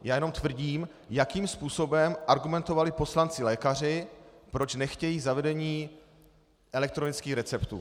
Já jenom tvrdím, jakým způsobem argumentovali poslancilékaři, proč nechtějí zavedení elektronických receptů.